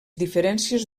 diferències